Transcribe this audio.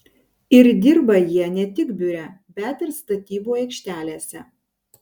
ir dirba jie ne tik biure bet ir statybų aikštelėse